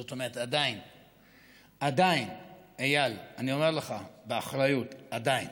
זאת אומרת, איל, אני אומר לך באחריות, שעדיין,